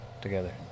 together